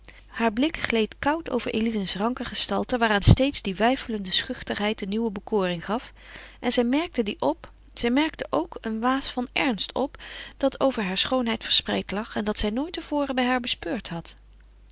haar blik gleed koud over eline's ranke gestalte waaraan steeds die weifelende schuchterheid een nieuwe bekoring gaf en zij merkte die op zij merkte ook een waas van ernst op dat over haar schoonheid verspreid lag en dat zij nooit te voren bij haar bespeurd had